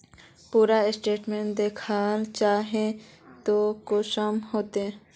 पूरा स्टेटमेंट देखला चाहबे तो कुंसम होते?